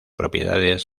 propiedades